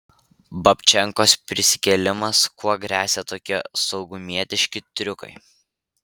babčenkos prisikėlimas kuo gresia tokie saugumietiški triukai